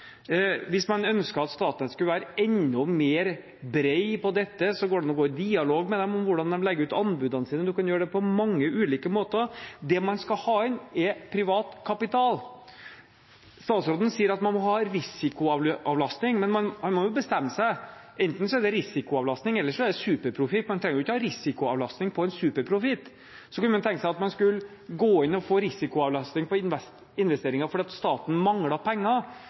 Hvis man ønsker at Statnett skal være enda mer bred når det gjelder dette, går det an å gå i dialog med dem om hvordan de legger ut anbudene sine – en kan gjøre det på mange ulike måter. Det man skal ha inn, er privat kapital. Statsråden sier at man må ha risikoavlastning, men han må bestemme seg. Enten er det risikoavlastning, eller så er det superprofitt. Man trenger jo ikke ha risikoavlastning på en superprofitt. Så kunne man tenke seg at man skulle gå inn og få risikoavlastning på investeringer fordi staten manglet penger.